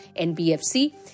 NBFC